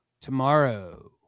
tomorrow